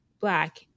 Black